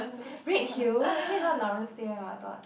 Redhill is all the 老人 stay one what I thought